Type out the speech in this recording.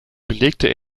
belegte